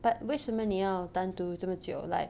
but 为什么你要单独这么久 like